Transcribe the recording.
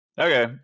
Okay